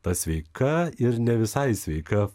ta sveika ir ne visai sveika